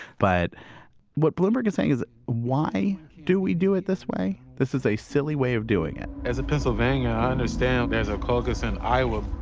but what bloomberg is saying is, why do we do it this way? this is a silly way of doing it as a pennsylvania and down there's a caucus in iowa.